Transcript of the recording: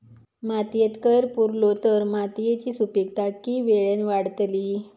मातयेत कैर पुरलो तर मातयेची सुपीकता की वेळेन वाडतली?